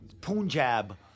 Punjab